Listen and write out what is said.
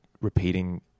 repeating